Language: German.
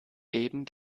eben